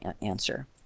answer